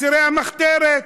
המחתרת,